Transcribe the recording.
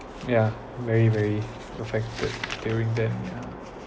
ya very very affected during then yeah